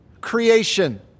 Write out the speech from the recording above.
creation